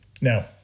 Now